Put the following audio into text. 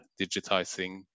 digitizing